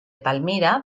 palmira